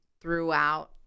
throughout